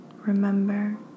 remember